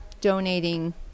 donating